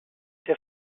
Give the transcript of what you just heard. der